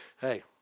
Hey